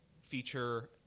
feature